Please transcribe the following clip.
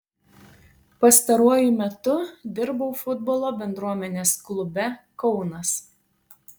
pastaruoju metu dirbau futbolo bendruomenės klube kaunas